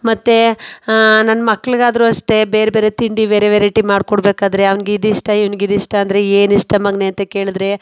ಮತ್ತು ನನ್ನ ಮಕ್ಕಳಿಗಾದ್ರೂ ಅಷ್ಟೇ ಬೇರೆ ಬೇರೆ ತಿಂಡಿ ವೆರೈಟಿ ಮಾಡಿಕೊಡ್ಬೇಕಾದ್ರೆ ಅವನಿಗೆ ಇದಿಷ್ಟ ಇವನಿಗೆ ಇದಿಷ್ಟ ಅಂದರೆ ಏನಿಷ್ಟ ಮಗನೇ ಅಂತ ಕೇಳಿದರೆ